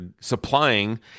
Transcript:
supplying